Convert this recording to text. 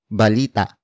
balita